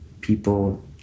people